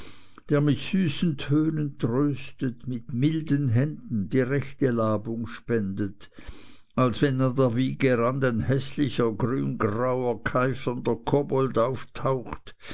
der mit süßen tönen tröstet mit milden händen die rechte labung spendet als wenn an der wiege rand ein häßlicher grüngrauer keifender kobold auftaucht